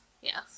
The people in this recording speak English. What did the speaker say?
yes